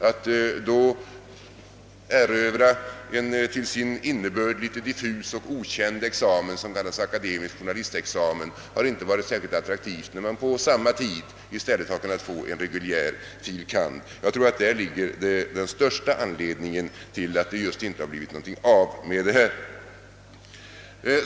Att då erövra en till sin innebörd litet diffus och okänd examen som kallas akademisk journalistexamen har inte tett sig särskilt attraktivt när man på samma tid i stället har kunnat få en reguljär fil. kand. Jag tror att det är den största anledningen till att det inte blivit någonting av detta.